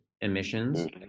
emissions